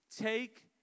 take